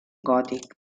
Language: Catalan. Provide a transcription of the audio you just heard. gòtic